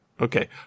Okay